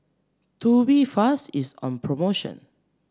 tubifast is on promotion